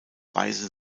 weisen